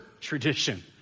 tradition